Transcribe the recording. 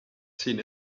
seen